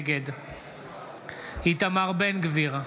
נגד איתמר בן גביר,